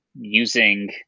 using